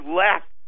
left